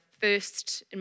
first